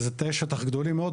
ואלה תאי שטח גדולים מאוד,